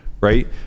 right